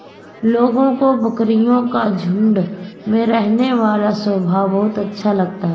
लोगों को बकरियों का झुंड में रहने वाला स्वभाव बहुत अच्छा लगता है